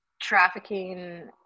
trafficking